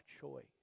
choice